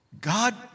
God